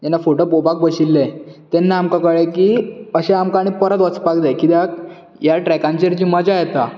जेन्ना photo photo पळोवपाक बशिल्ले तेन्ना आमकां कळ्ळे की अशें आमकां आनी परत वचपाक जाय कित्याक ह्या ट्रॅकांचेर जी मजा येता